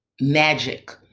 magic